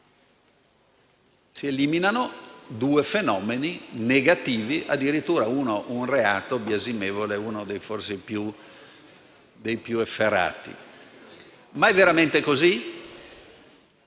Si eliminano così due fenomeni negativi; addirittura, uno è un reato biasimevole e forse uno dei più efferati. Ma è veramente così?